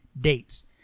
dates